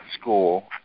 school